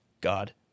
God